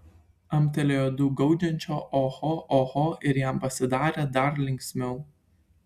amtelėjo du gaudžiančius oho oho ir jam pasidarė dar linksmiau